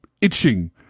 itching